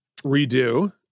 redo